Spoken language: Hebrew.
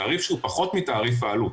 תעריף שהוא פחות מתעריף העלות.